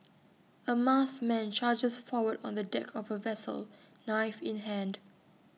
A masked man charges forward on the deck of A vessel knife in hand